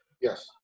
Yes